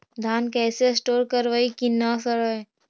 धान कैसे स्टोर करवई कि न सड़ै?